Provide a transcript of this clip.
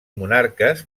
monarques